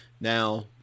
Now